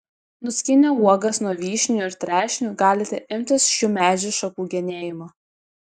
nuskynę uogas nuo vyšnių ir trešnių galite imtis šių medžių šakų genėjimo